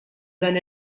dan